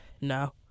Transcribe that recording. No